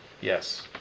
Yes